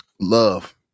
love